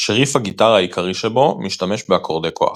שריף הגיטרה העיקרי שבו משתמש באקורדי כוח.